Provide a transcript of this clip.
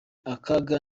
akaga